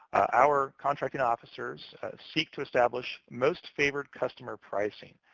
our contracting officers seek to establish most-favored customer pricing,